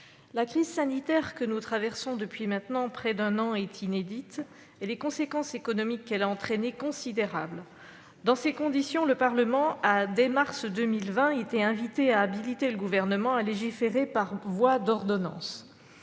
la crise sanitaire que nous traversons depuis maintenant près d'un an est inédite, et les conséquences économiques qu'elle a entraînées sont considérables. Dans ces conditions, le Parlement a, dès le mois de mars 2020, été invité à habiliter le Gouvernement à légiférer par voie d'ordonnances.